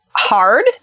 hard